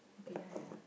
okay ya ya ya